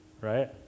right